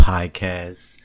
Podcast